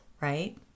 right